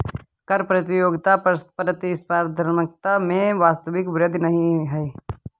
कर प्रतियोगिता प्रतिस्पर्धात्मकता में वास्तविक वृद्धि नहीं है